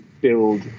build